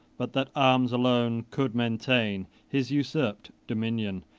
but that arms alone could maintain, his usurped dominion,